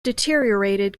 deteriorated